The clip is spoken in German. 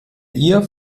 ihr